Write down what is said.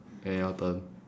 okay your turn